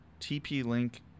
TP-Link